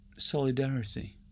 Solidarity